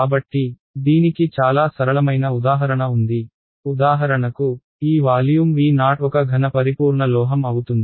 కాబట్టి దీనికి చాలా సరళమైన ఉదాహరణ ఉంది ఉదాహరణకు ఈ వాల్యూమ్ Vo ఒక ఘన పరిపూర్ణ లోహం అవుతుంది